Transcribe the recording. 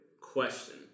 Question